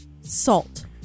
Salt